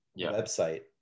website